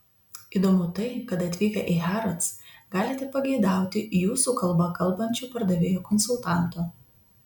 įdomu tai kad atvykę į harrods galite pageidauti jūsų kalba kalbančio pardavėjo konsultanto